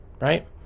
Right